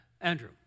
Andrew